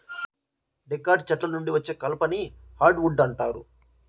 dicot చెట్ల నుండి వచ్చే కలపని హార్డ్ వుడ్ అంటారు